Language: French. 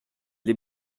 les